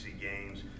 games